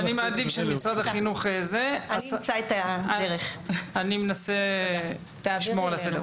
אני מנסה לשמור על הסדר.